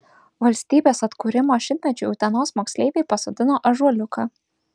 valstybės atkūrimo šimtmečiui utenos moksleiviai pasodino ąžuoliuką